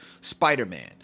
Spider-Man